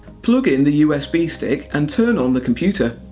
plug in the usb stick, and turn on the computer.